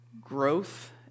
growth